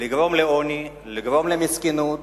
לגרום לעוני, לגרום למסכנות,